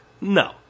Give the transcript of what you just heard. No